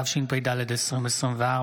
התשפ"ד 2024,